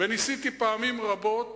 ניסיתי פעמים רבות